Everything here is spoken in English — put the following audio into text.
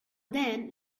then